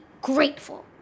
grateful